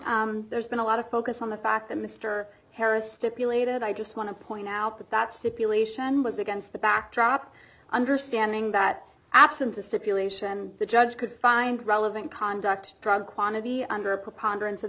clearly there's been a lot of focus on the fact that mr harris stipulated i just want to point out that that stipulation was against the backdrop understanding that absent the stipulation the judge could find relevant conduct drug quantity under a preponderance of